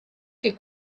che